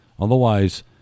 Otherwise